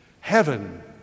Heaven